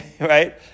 Right